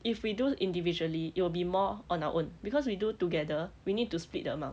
if we do individually it will be more on our own because we do together we need to split the amount